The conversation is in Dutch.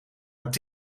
het